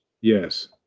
yes